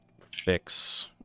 fix